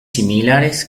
similares